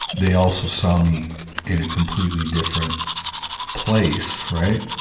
they also saw me in a completely different place, right?